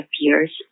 years